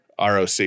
ROC